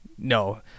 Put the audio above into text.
No